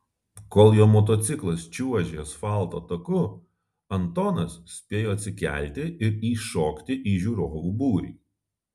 kol jo motociklas čiuožė asfalto taku antonas spėjo atsikelti ir įšokti į žiūrovų būrį